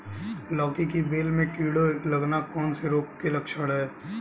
लौकी की बेल में कीड़े लगना कौन से रोग के लक्षण हैं?